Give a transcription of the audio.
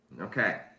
okay